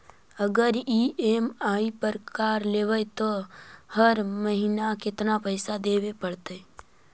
अगर ई.एम.आई पर कार लेबै त हर महिना केतना पैसा देबे पड़तै?